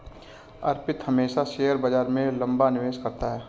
अर्पित हमेशा शेयर बाजार में लंबा निवेश करता है